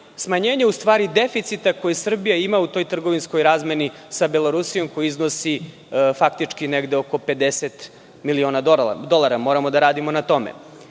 smanjenje deficita koji Srbija ima u toj trgovinskoj razmeni sa Belorusijom, koji iznosi faktički negde oko 50 miliona dolara. Moramo da radimo na tome. Ono